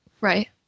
Right